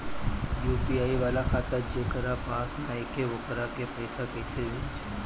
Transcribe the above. UPI वाला खाता जेकरा पास नईखे वोकरा के पईसा कैसे भेजब?